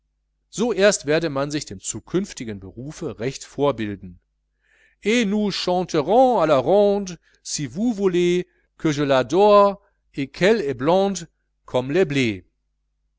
erst werde man sich dem zukünftigen berufe recht vorbilden